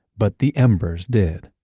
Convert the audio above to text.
but the embers did.